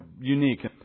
unique